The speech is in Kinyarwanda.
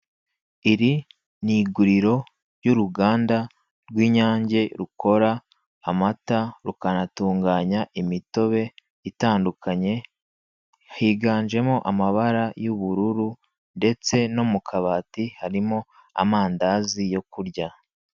Iri ni iguriro ry'uruganda rw'Inyange rukora amata rukanatunganya imitobe itandukanye, higanjemo amabara y'ubururu ndetse no mu kabati harimo amandazi yo kurya.